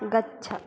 गच्छ